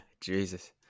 jesus